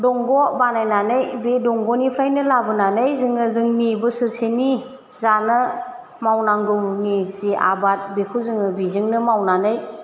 दंग' बानायनानै बे दंग'निफ्रायनो लाबोनानै जोङो जोंनि बोसोरसेनि जानो मावनांगौनि जि आबाद बेखौ जोङो बेजोंनो मावनानै